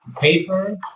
paper